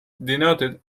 denoted